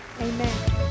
Amen